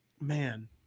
man